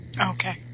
Okay